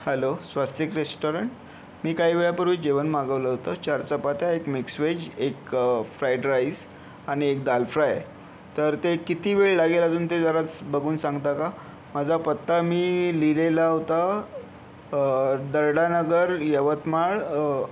hello Swastik restaurant मी काही वेळापूर्वी जेवण मागवलं होतं चार चपात्या एक मिक्स व्हेज एक फ्राईड राईस आणि एक दाल फ्राय तर ते किती वेळ लागेल अजून ते जरा बघून सांगता का माझा पत्ता मी लिहिलेला होता दर्डा नगर यवतमाळ